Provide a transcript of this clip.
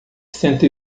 cento